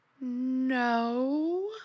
No